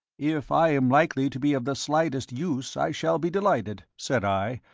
if i am likely to be of the slightest use i shall be delighted, said i,